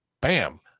bam